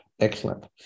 Excellent